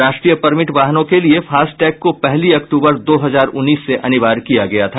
राष्ट्रीय परमिट वाहनों के लिए फास्टैग को पहली अक्तूबर दो हजार उन्नीस से अनिवार्य किया गया था